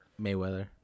Mayweather